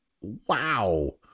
wow